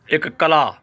ਇੱਕ ਕਲਾ